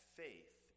faith